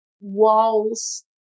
walls